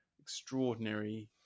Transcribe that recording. extraordinary